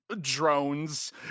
drones